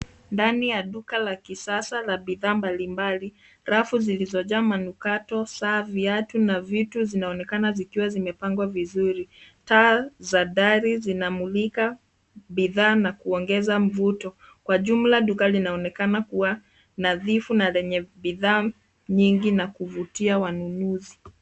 Ndani ya duka la kisasa la bidhaa mbalimbali. Rafu zilizojaa manukato, saa, viatu na vitu zinaonekana zikiwa zimepangwa vizuri. Taa za dari zinamulika bidhaa na kuongeza mvuto. Kwa jumla duka linaonekana kuwa nadhifu na lenye bidhaa nyingi za kuvutia wanunuzi.